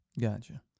Gotcha